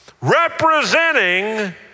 representing